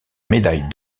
médaille